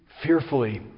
fearfully